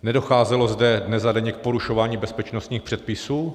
Nedocházelo zde nezadaně k porušování bezpečnostních předpisů?